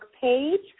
page